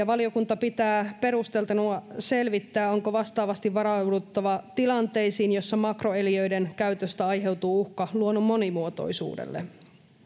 valiokunta pitää perusteltuna selvittää onko vastaavasti varauduttava tilanteisiin joissa makroeliöiden käytöstä aiheutuu uhka luonnon monimuotoisuudelle